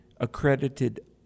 accredited